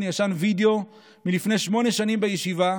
ישן וידיאו מלפני שמונה שנים בישיבה,